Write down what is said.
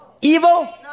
Evil